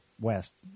West